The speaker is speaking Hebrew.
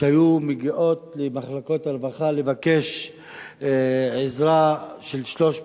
שהיו מגיעות למחלקות הרווחה לבקש עזרה של 300